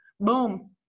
Boom